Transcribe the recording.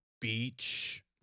beach